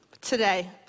today